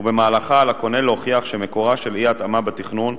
ובמהלכה על הקונה להוכיח שמקורה של אי-ההתאמה בתכנון,